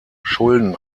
schulden